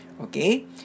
Okay